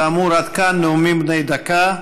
כאמור, עד כאן נאומים בני דקה.